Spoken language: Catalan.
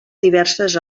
diverses